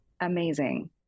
amazing